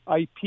IP